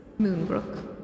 Moonbrook